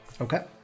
okay